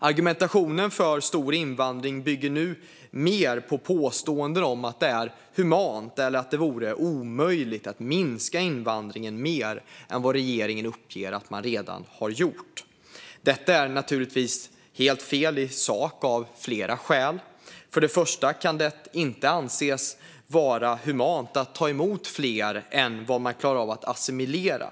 Argumentationen för stor invandring bygger nu mer på påståenden om att det är humant eller att det vore omöjligt att minska invandringen mer än vad regeringen uppger att man redan har gjort. Detta är naturligtvis helt fel i sak av flera skäl. För det första kan det inte anses vara humant att ta emot fler än vad man klarar av att assimilera.